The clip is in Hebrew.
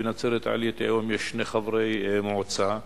בנצרת-עילית היום יש שני חברי מועצה,